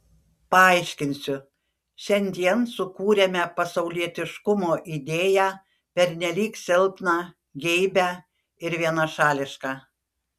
paaiškinsiu šiandien sukūrėme pasaulietiškumo idėją pernelyg silpną geibią ir vienašališką